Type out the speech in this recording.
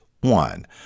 One